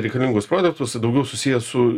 reikalingus produktus tai daugiau susiję su